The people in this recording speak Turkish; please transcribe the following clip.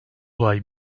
olay